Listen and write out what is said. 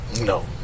No